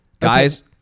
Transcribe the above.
Guys